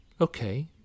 Okay